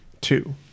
Two